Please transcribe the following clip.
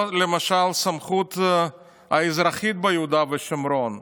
או למשל, הסמכות האזרחית ביהודה ושומרון,